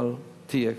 אבל תהיה.